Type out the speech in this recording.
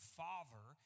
father